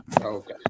Okay